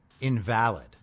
invalid